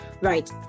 Right